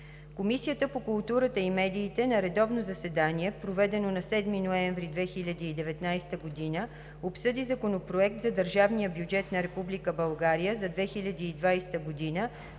Комисията по културата и медиите на редовно заседание, проведено на 7 ноември 2019 г., обсъди Законопроект за държавния бюджет на Република